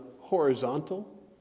horizontal